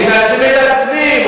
אני מאשים את עצמי.